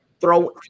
throw